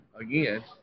again